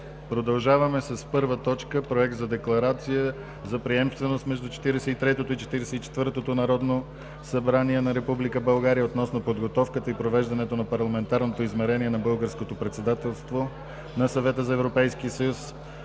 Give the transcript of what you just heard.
продължим с първа точка Проект за декларация за приемственост между Четиридесет и третото и Четиридесет и четвъртото народно събрание на Република България относно подготовката и провеждането на парламентарното измерение на българското председателство на Съвета на Европейския съюз